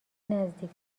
نزدیک